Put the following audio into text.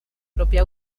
propia